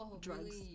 drugs